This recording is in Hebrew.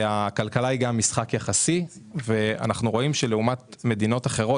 אבל אנחנו רואים שלעומת מדינות אחרות